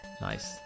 Nice